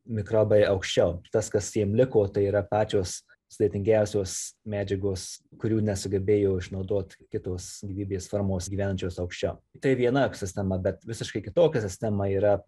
mikrobai aukščiau tas kas jiem liko tai yra pačios sudėtingiausios medžiagos kurių nesugebėjo išnaudot kitos gyvybės formos gyvenančios aukščiau tai viena sistema bet visiškai kitokia sistema yra